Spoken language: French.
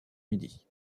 midi